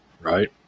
right